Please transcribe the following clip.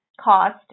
cost